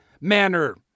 manner